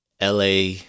LA